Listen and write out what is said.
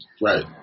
right